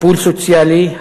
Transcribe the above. טיפול סוציאלי,